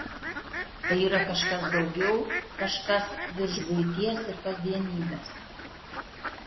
tai yra kažkas daugiau kažkas virš buities ir kasdienybės